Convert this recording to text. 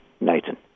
Nathan